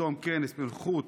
בתום כנס בנוכחות